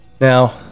Now